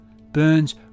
Burns